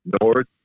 North